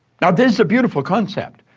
now this is a beautiful concept,